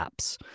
apps